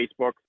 Facebook